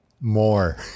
more